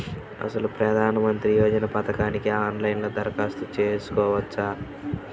అసలు ప్రధాన మంత్రి యోజన పథకానికి ఆన్లైన్లో దరఖాస్తు చేసుకోవచ్చా?